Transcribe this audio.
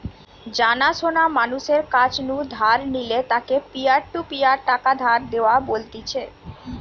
জানা শোনা মানুষের কাছ নু ধার নিলে তাকে পিয়ার টু পিয়ার টাকা ধার দেওয়া বলতিছে